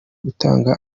gutanga